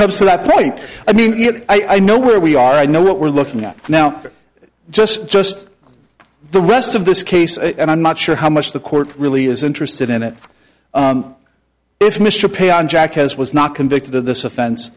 comes to that point i mean i know where we are i know what we're looking at now just just the rest of this case and i'm not sure how much the court really is interested in it if mr pay on jack has was not convicted of this offen